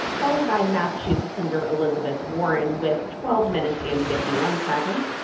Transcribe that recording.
followed by massachusetts senator elizabeth warren with twelve minutes and fifty one seconds,